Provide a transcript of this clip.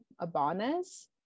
Abanes